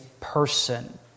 person